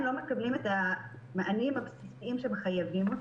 לא מקבלים את המענים הבסיסים שאותם הם חייבים.